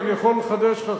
ואני יכול לחדש לך,